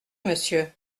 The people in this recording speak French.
monsieur